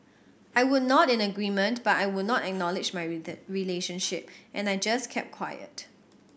I would nod in agreement but I would not acknowledge my relationship and I just kept quiet